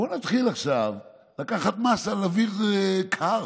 בוא נתחיל עכשיו לקחת מס על אוויר קר.